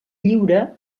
lliure